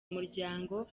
umuryango